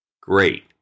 Great